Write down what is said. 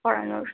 করানোর